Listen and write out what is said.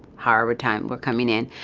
however time we're coming in.